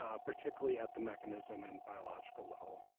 ah particularly at the mechanism in biological level.